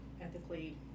ethically